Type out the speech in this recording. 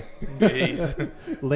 Jeez